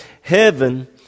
Heaven